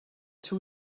two